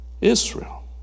Israel